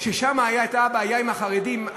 שבהם הייתה הבעיה עם החרדים?